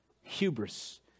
Hubris